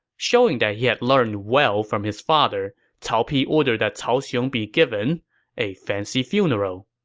showing that he had learned well from his father, cao pi ordered that cao xiong be given a fancy funeral